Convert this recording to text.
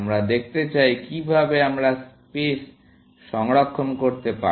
আমরা দেখতে চাই কিভাবে আমরা স্পেস সংরক্ষণ করতে পারি